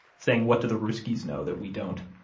saying, what do the russkies know that we don't?